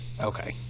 Okay